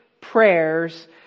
prayers